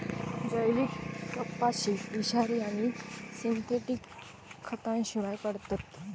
जैविक कपाशीक विषारी आणि सिंथेटिक खतांशिवाय काढतत